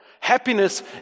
Happiness